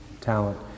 talent